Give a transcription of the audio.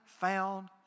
found